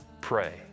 pray